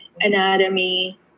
anatomy